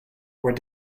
were